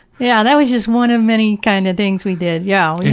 yeah, that was just one of many kind of things we did. yeah.